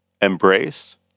embrace